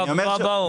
טוב בואו.